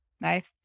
Nice